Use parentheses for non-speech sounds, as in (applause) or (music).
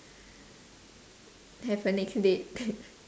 have a next date (laughs)